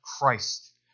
Christ